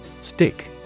Stick